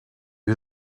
was